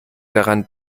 daran